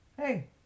Hey